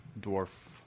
dwarf